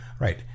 right